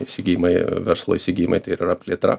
įsigijimai verslo įsigijimai tai ir yra plėtra